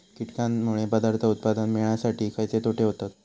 कीटकांनमुळे पदार्थ उत्पादन मिळासाठी खयचे तोटे होतत?